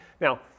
Now